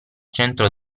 centro